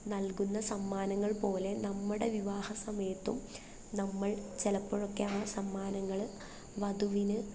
നൽകുന്ന സമ്മാനങ്ങൾ പോലെ നമ്മുടെ വിവാഹസമയത്തും നമ്മൾ ചിലപ്പോഴൊക്കെ ആ സമ്മാനങ്ങൾ വധുവിന്